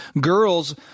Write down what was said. Girls